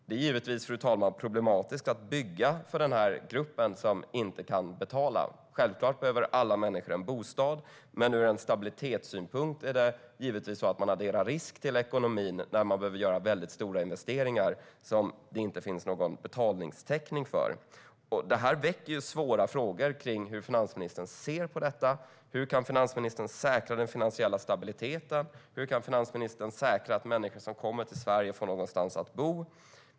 Det är givetvis problematiskt, fru talman, att bygga för den här gruppen som inte kan betala. Självklart behöver alla människor en bostad, men ur stabilitetssynpunkt adderar man givetvis risk till ekonomin när man behöver göra väldigt stora investeringar som det inte finns någon betalningstäckning för. Det här väcker svåra frågor kring hur finansministern ser på detta. Hur kan finansministern säkra den finansiella stabiliteten? Hur kan finansministern säkra att människor som kommer till Sverige får någonstans att bo?